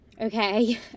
Okay